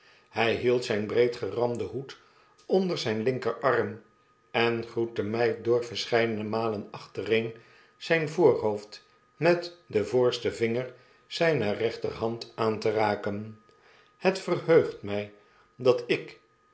hij hield zijn breedgeranden hoed oncler zyn linkerarm eh groette my door verscheidene malen achtereen zyn voorhoofd met den voorsten vinger zyner rechterhand aan te raken het verheugt mij dat ik